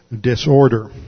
disorder